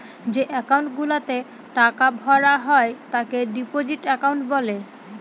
যে একাউন্ট গুলাতে টাকা ভরা হয় তাকে ডিপোজিট একাউন্ট বলে